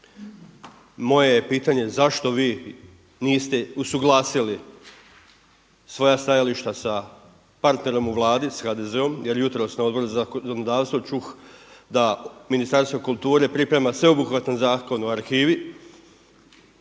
Moje je pitanje zašto vi niste usuglasili svoja stajališta sa partnerom u Vladi sa HDZ-om jer jutros na Odboru za zakonodavstvo čuh da Ministarstvo kulture priprema sveobuhvatan Zakon o arhivi.